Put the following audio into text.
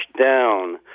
down